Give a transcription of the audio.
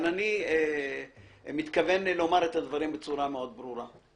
אבל אני מתכוון לומר את הדברים בצורה מאוד ברורה.